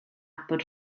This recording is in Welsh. bod